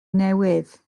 newydd